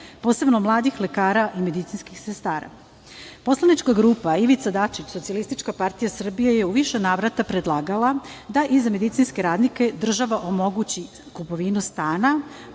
posebno mladih lekara i medicinskih sestara. Poslanička grupa Ivica Dačić – SPS je u više navrata predlagala da i za medicinske radnike država omogući kupovinu stana